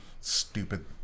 stupid